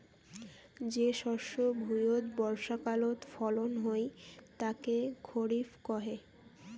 যে শস্য ভুঁইয়ত বর্ষাকালত ফলন হই তাকে খরিফ কহে